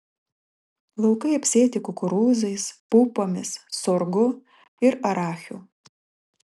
laukai apsėti kukurūzais pupomis sorgu ir arachiu